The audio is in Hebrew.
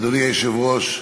אדוני היושב-ראש,